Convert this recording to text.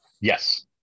yes